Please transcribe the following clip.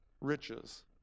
riches